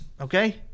okay